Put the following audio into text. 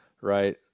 right